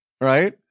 right